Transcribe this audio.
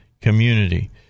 community